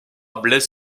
blaise